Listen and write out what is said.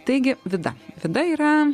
taigi vida vida yra